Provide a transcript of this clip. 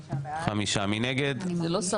הצבעה בעד, 5 נגד, 8 נמנעים, אין לא אושר.